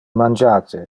mangiate